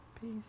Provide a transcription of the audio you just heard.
peace